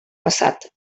passat